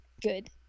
Good